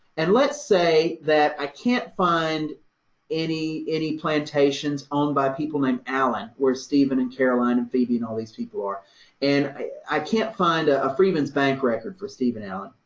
and let's say that i can't find any, any plantations owned by people named allen, where stephen and caroline and all these people are and i can't find a freedmen's bank record for stephen allen.